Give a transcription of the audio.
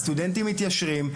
הסטודנטים מתיישרים,